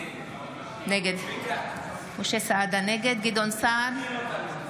נגד גדעון סער,